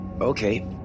Okay